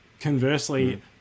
conversely